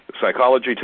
Psychology